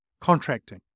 contracting